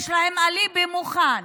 יש להם אליבי מוכן: